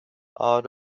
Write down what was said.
out